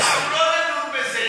בבקשה, אנחנו לא נדון בזה.